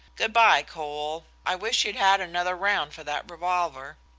good-by, cole i wish you'd had another round for that revolver.